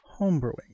homebrewing